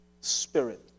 spirit